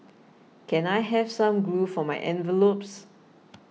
can I have some glue for my envelopes